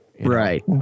right